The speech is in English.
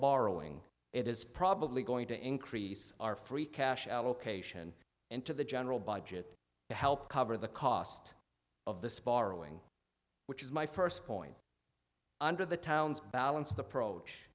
borrowing it is probably going to increase our free cash our location into the general budget to help cover the cost of the spiraling which is my first point under the town's balanced approach